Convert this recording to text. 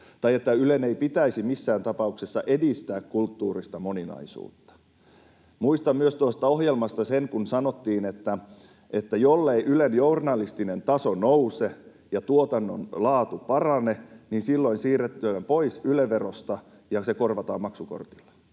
se, että Ylen ei pitäisi missään tapauksessa edistää kulttuurista moninaisuutta. Muistan tuosta ohjelmasta myös sen, kun siinä sanottiin, että jollei Ylen journalistinen taso nouse ja tuotannon laatu parane, niin silloin siirrytään pois Yle-verosta ja se korvataan maksukortilla.